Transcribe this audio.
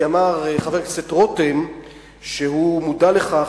כי אמר חבר הכנסת רותם שהוא מודע לכך